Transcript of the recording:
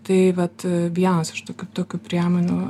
tai vat vienas iš tokių tokių priemonių